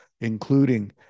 including